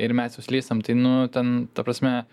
ir mes jau slystam tai nu ten ta prasme